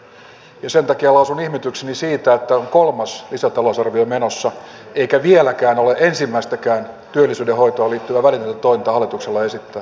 ja sen takia lausun ihmetykseni siitä että on kolmas lisätalousarvio menossa eikä vieläkään ole ensimmäistäkään työllisyyden hoitoon liittyvää välitöntä tointa hallituksella esittää ei ensimmäistäkään